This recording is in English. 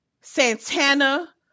Santana